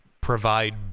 provide